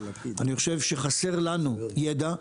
לדעתי, חסר לנו ידע.